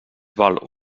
val